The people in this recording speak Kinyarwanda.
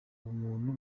ubumuntu